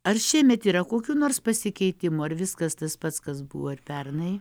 ar šiemet yra kokių nors pasikeitimų ar viskas tas pats kas buvo ir pernai